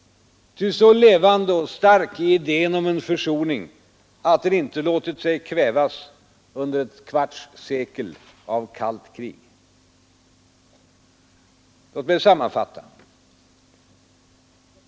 Ty så levande och stark är idén om en försoning att den inte låtit sig kvävas under ett kvarts sekel av kallt krig. Låt mig sammanfatta.